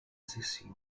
sessione